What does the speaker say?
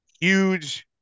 huge